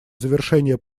завершения